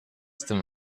dem